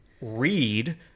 read